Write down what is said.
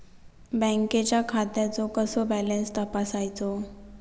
बँकेच्या खात्याचो कसो बॅलन्स तपासायचो?